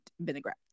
vinaigrette